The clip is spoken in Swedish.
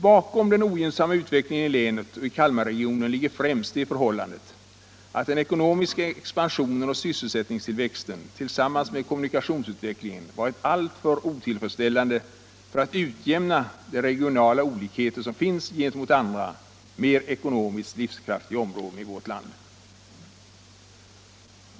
Bakom den ogynnsamma utvecklingen i länet och i Kalmarregionen ligger främst det förhållandet att den ekonomiska expansionen och sysselsättningstillväxten tillsammans med kommunikationsutvecklingen varit alltför otillfredsställande för att utjämna de regionala olikheter som finns gentemot andra, mer ekonomiskt livskraftiga områden i vårt land.